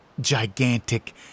Gigantic